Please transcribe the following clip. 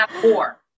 four